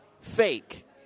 fake